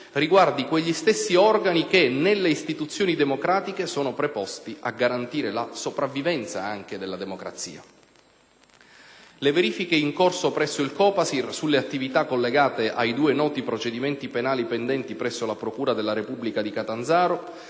riguardi quegli stessi organi che, nelle istituzioni democratiche, sono preposti a garantire la sopravvivenza della democrazia. Le verifiche in corso presso il COPASIR sulle attività collegate ai due noti procedimenti penali pendenti presso la procura della Repubblica di Catanzaro